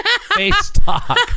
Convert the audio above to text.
Face-talk